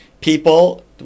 People